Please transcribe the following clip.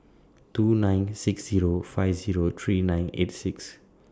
two nine six Zero five Zero three nine eight six